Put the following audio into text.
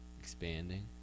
expanding